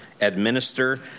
administer